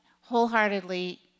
wholeheartedly